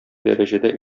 дәрәҗәдә